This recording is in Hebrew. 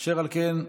אשר על כן,